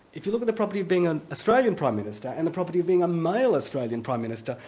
if you look at the property of being an australian prime minister and the property of being a male australian prime minister,